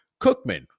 Cookman